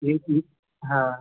एक एक हां